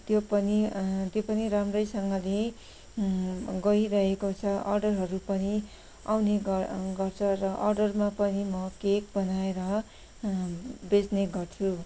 त्यो पनि त्यो पनि राम्रैसँगले गइरहेको छ अर्डरहरू पनि आउने गर गर्छ र अर्डरमा पनि म केक बनाएर बेच्ने गर्छु